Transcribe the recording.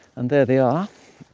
and there they are.